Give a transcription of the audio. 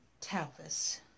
Talvis